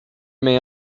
may